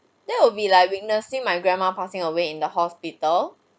that will be like witnessing my grandma passing away in the hospital